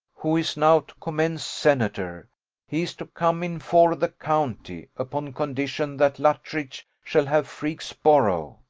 who is now to commence senator he is to come in for the county, upon condition that luttridge shall have freke's borough.